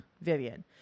Vivian